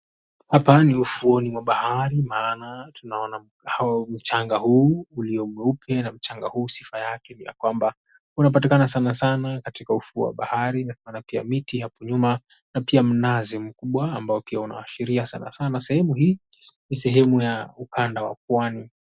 Hapa ni ufuoni mwa bahari maana tunaona mchanga huu uliyo mweupe na mchanga huu sifa yake unapatikana sana sana katika bahari, kuna miti hapo nyuma na pia mnazi mkubwa ambao pia unaashiria sana sana sehemu hii ni ukanda wa pwani.